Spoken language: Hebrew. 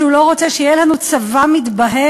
שהוא לא רוצה שיהיה לנו צבא מתבהם,